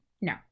No